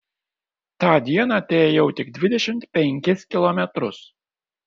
tą dieną teėjau tik dvidešimt penkis kilometrus